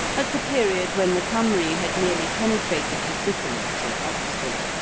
at the period when the cymry had nearly penetrated to sypolis or oxford,